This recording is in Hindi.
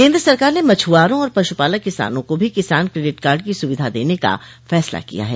केन्द्र सरकार ने मछुआरों और पशुपालक किसानों को भी किसान क्रेडिट कार्ड की सुविधा देने का फैसला किया है